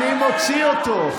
אני מוציא אותו.